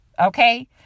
Okay